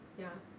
ya